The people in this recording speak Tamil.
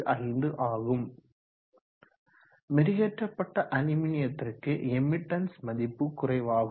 095 ஆகும் மெருகெற்றப்பட்ட அலுமினியத்திற்கு எமிட்டன்ஸ் மதிப்பு குறைவாகும்